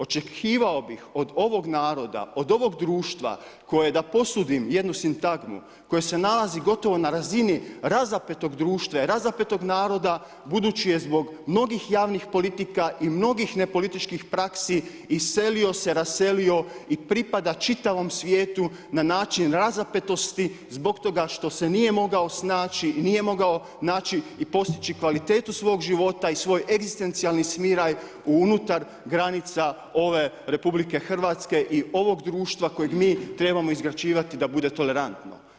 Očekivao bih od ovog naroda, od ovog društva koje da posudim jednu sintagmu, koje se nalazi gotovo na razini razapetog društva i razapetog naroda budući je zbog mnogim javnih politika i mnogim nepolitičkih praksi iselio se, raselio i pripada čitavom svijetu na način razapetosti zbog toga što se nije mogao snaći, nije mogao naći i postići kvalitetu svog života i svoj egzistencijalni smiraj unutar granica ove RH i ovog društva kojeg mi trebamo izgrađivati da bude tolerantno.